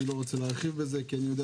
אני לא רוצה להרחיב בזה כי אני יודע